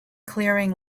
clearing